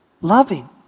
Loving